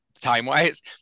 time-wise